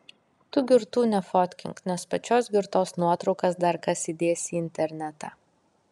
tu girtų nefotkink nes pačios girtos nuotraukas dar kas įdės į internetą